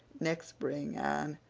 next spring, anne,